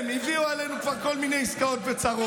הם הביאו עלינו כבר כל מיני עסקאות וצרות.